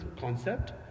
concept